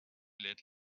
let